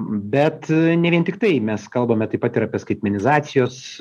bet ne vien tiktai mes kalbame taip pat ir apie skaitmenizacijos